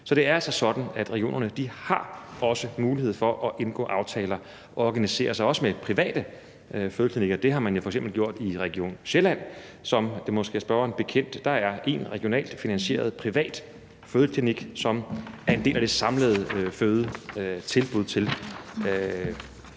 Så det er altså sådan, at regionerne også har mulighed for at indgå aftaler og organisere sig med private fødeklinikker. Det har man jo f.eks. gjort i Region Sjælland, som det måske er spørgeren bekendt. Der er én regionalt finansieret privat fødeklinik, som er en del af det samlede fødetilbud til borgerne